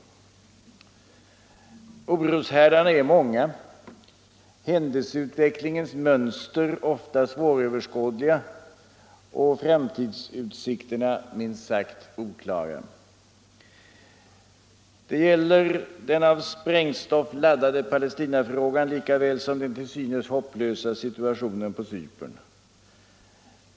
Oroshärdarna är många, händelseutvecklingens mönster ofta svåröverskådliga och framtidsutsikterna minst sagt oklara. Det gäller den av sprängstoff laddade Palestinafrågan lika väl som den till synes hopplösa situationen på Cypern.